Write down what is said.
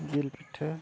ᱡᱤᱞ ᱯᱤᱴᱷᱟᱹ